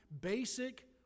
basic